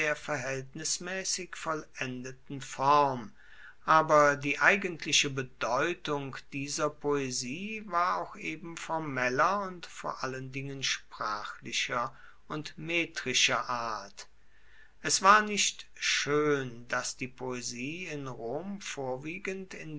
verhaeltnismaessig vollendeten form aber die eigentliche bedeutung dieser poesie war auch eben formeller und vor allen dingen sprachlicher und metrischer art es war nicht schoen dass die poesie in rom vorwiegend in